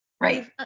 Right